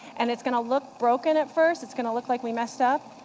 and it's going to look broken at first, it's going to look like we messed up,